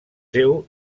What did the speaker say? seu